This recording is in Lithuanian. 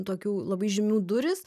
tokių labai žymių durys